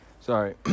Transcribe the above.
Sorry